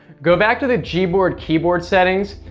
go back to the gboard keyboard settings,